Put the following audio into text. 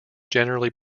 generally